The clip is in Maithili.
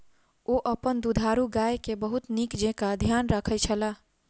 ओ अपन दुधारू गाय के बहुत नीक जेँका ध्यान रखै छला